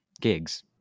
gigs